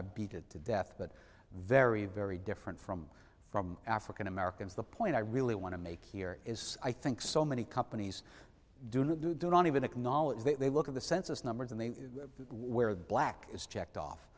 i beat it to death but very very different from from african americans the point i really want to make here is i think so many companies do not do do not even acknowledge that they look at the census numbers and they where the black is checked off